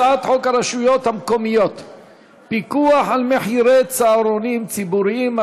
הצעת חוק הרשויות המקומיות (פיקוח על מחירי צהרונים ציבוריים),